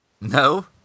No